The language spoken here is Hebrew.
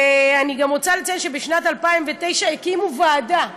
ואני גם רוצה לציין שבשנת 2009 הקימו ועדה,